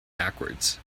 backwards